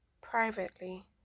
privately